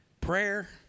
prayer